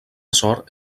sort